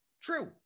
true